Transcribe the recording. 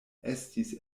estis